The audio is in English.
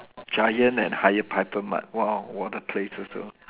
Giant and higher hyper mart !wow! what a place also